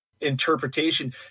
interpretation